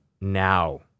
now